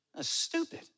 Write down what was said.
stupid